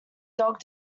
dog